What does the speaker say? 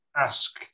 ask